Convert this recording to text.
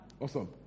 Awesome